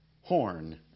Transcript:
horn